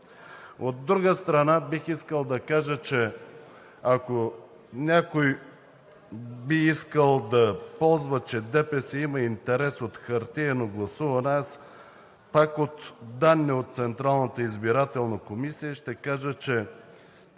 От друга страна, бих искал да кажа, че ако някой би искал да ползва, че ДПС има интерес от хартиено гласуване. Пак от данни от Централната избирателна комисия ще кажа, че